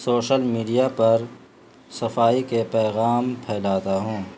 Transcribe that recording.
social media پر صفائی کے پیغام پھیلاتا ہوں